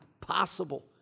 possible